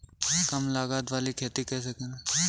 कम लागत वाली खेती कैसे करें?